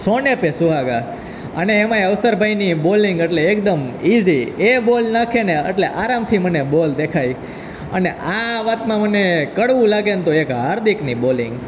સોને પે સુહાગા અને એમાંય અવસર ભાઈની બોલિંગ એટલે એકદમ ઇઝી એ બોલ નાખેને એટલે આરામથી મને બોલ દેખાય અને આ વાતમાં મને કડવું લાગેને તો એક હાર્દિકની બોલિંગ